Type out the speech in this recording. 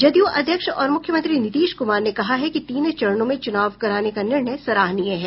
जदयू अध्यक्ष और मुख्यमंत्री नीतीश कुमार ने कहा है कि तीन चरणों में चुनाव कराने का निर्णय सराहनीय है